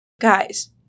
Guys